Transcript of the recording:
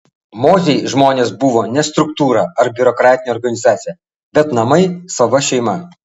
mozei žmonės buvo ne struktūra ar biurokratinė organizacija bet namai sava šeima